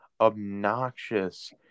obnoxious